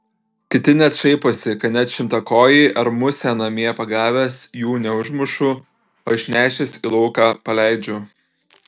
kiti net šaiposi kad net šimtakojį ar musę namie pagavęs jų neužmušu o išnešęs į lauką paleidžiu